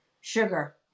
Sugar